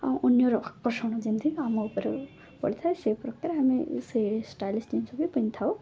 ଆଉ ଅନ୍ୟର ଆକର୍ଷଣ ଯେମିତି ଆମ ଉପରେ ପଡ଼ିଥାଏ ସେଇ ପ୍ରକାର ଆମେ ସେ ଷ୍ଟାଇଲିସ୍ ଜିନିଷ ବି ପିନ୍ଧିଥାଉ